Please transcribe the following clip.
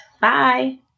bye